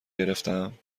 گرفتم